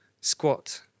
squat